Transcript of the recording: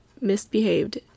misbehaved